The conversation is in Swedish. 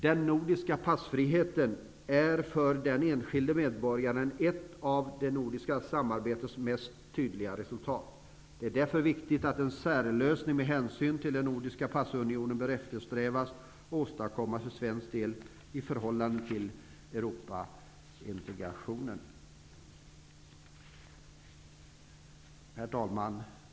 Den nordiska passfriheten är för den enskilde medborgaren ett av det nordiska samarbetets tydligaste resultat. Det är därför viktigt att en särlösning med hänsyn till den nordiska passunionen bör eftersträvas och åstadkommas för svensk del vid Europaintegrationen. Herr talman!